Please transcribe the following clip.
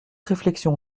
réflexion